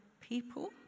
people